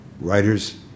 Writers